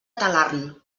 talarn